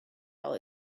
all